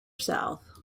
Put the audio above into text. south